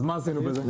אז מה עשינו בזה?